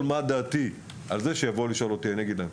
מה דעתי על כך שיבואו לשאול אותי ואגיד להם.